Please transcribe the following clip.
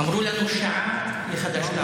אמרו לנו שעה לחד"ש-תע"ל.